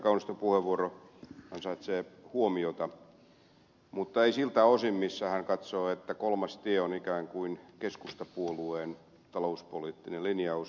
kauniston puheenvuoro ansaitsee huomiota mutta ei siltä osin että hän katsoo että kolmas tie on ikään kuin keskustapuolueen talouspoliittinen linjaus